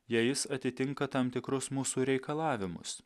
jei jis atitinka tam tikrus mūsų reikalavimus